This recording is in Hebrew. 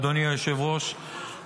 אדוני היושב-ראש,